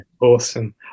awesome